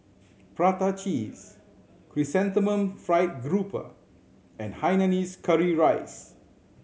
prata cheese Chrysanthemum Fried Garoupa and hainanese curry rice